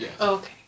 Okay